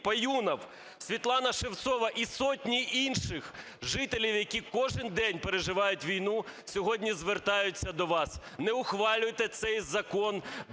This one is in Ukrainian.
Паюнов, Світлана Шевцова, і сотні інших жителів, які кожен день переживають війну, сьогодні звертаються до вас. Не ухвалюйте цей закон